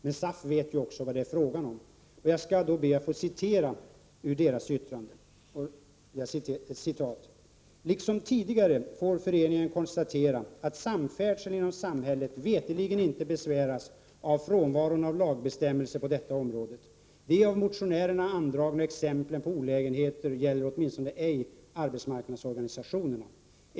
Men SAF vet ju också vad det är fråga om: ”Liksom tidigare får föreningen konstatera att samfärdseln inom samhället veterligen inte besväras av frånvaron av lagbestämmelser på detta område. De av motionärerna andragna exemplen på olägenheter gäller åtminstone ej arbetsmarknadsorganisationerna.